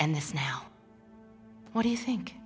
end this now what do you think